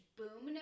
boom